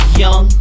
young